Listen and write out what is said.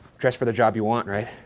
dress for the job you want, right?